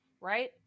right